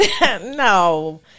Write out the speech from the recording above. No